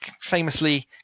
famously